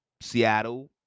Seattle –